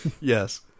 Yes